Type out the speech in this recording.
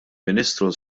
ministru